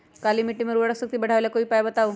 काली मिट्टी में उर्वरक शक्ति बढ़ावे ला कोई उपाय बताउ?